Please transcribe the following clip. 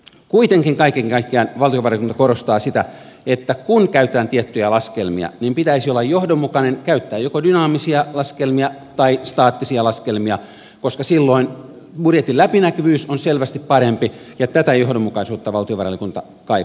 kuitenkin kaiken kaikkiaan valtiovarainvaliokunta korostaa sitä että kun käytetään tiettyjä laskelmia niin pitäisi olla johdonmukainen käyttää joko dynaamisia laskelmia tai staattisia laskelmia koska silloin budjetin läpinäkyvyys on selvästi parempi ja tätä johdonmukaisuutta valtiovarainvaliokunta kaipaa